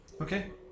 Okay